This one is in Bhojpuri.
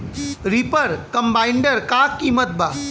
रिपर कम्बाइंडर का किमत बा?